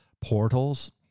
portals